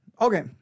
okay